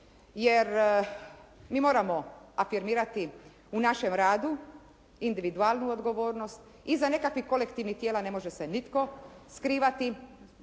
Jer mi moramo afirmirati u našem radu individualnu odgovornost. Iza nekakvih kolektivnih tijela ne može se nitko skrivati.